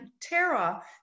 Tara